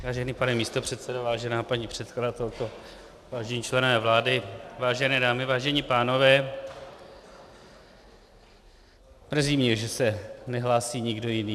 Vážený pane místopředsedo, vážená paní předkladatelko, vážení členové vlády, vážené dámy, vážení pánové, mrzí mě, že se nehlásí nikdo jiný.